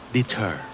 Deter